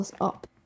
up